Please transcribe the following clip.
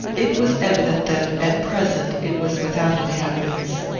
it was evident that, at present, it was without inhabitants.